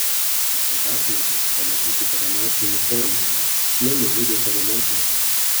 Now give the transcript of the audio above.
tačiau dar blogiau pamatyti tave nacių uniforma šie nužudė tavo motiną